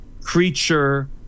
creature